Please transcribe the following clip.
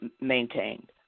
maintained